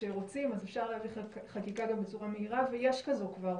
כשרוצים אז אפשר להביא חקיקה גם בצורה מהירה ויש כזו כבר.